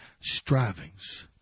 strivings